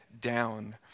down